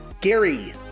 Gary